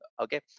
okay